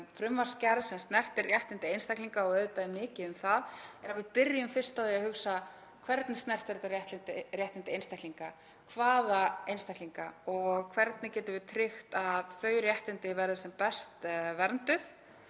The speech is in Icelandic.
frumvarpsgerð sem snertir réttindi einstaklinga, og auðvitað er mikið um það, er að við byrjum fyrst á að hugsa: Hvernig snertir þetta réttindi einstaklinga, hvaða einstaklinga og hvernig getum við tryggt að þau réttindi verði sem best vernduð?